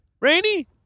Rainy